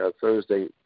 Thursday